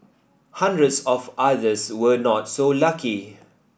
hundreds of others were not so lucky